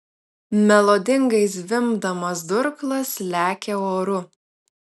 melodingai zvimbdamas durklas lekia oru